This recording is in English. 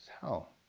hell